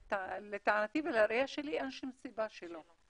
לדעתי ולראיה שלי, אין שום סיבה שלא.